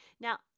Now